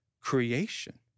creation